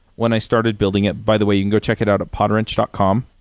when i started building it by the way, you can go check it out at podwrench dot com.